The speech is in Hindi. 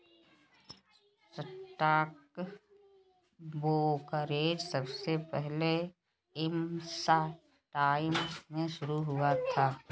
स्टॉक ब्रोकरेज सबसे पहले एम्स्टर्डम में शुरू हुआ था